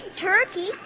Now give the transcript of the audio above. turkey